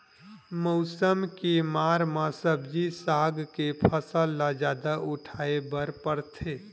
मउसम के मार म सब्जी साग के फसल ल जादा उठाए बर परथे